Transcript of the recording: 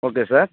okay sir